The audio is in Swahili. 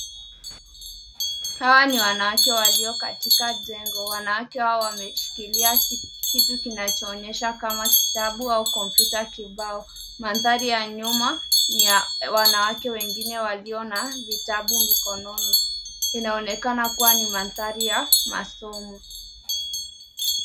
Hawa ni wanawake walio katika jengo, wanawake hao wameshikilia kitu kinachoonyesha kama kitabu, au kompyuta kibao. Mandhari ya nyuma ni ya wanawake wengine walio na vitabu mkononi, inaonekana kuwa ni mandhari ya masomo.